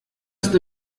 ist